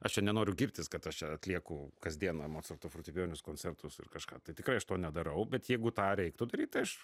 aš čia nenoriu girtis kad aš čia atlieku kasdiena mocarto fortepijoninius koncertus ir kažką tai tikrai aš to nedarau bet jeigu tą reiktų daryt tai aš